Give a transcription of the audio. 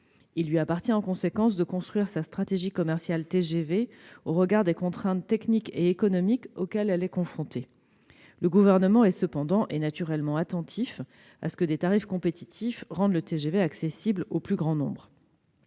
il lui appartient de construire sa stratégie commerciale TGV au regard des contraintes techniques et économiques auxquelles elle est confrontée. Toutefois, le Gouvernement est naturellement attentif à ce que des tarifs compétitifs rendent le TGV accessible au plus grand nombre.